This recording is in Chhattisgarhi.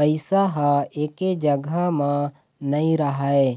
पइसा ह एके जघा म नइ राहय